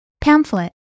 Pamphlet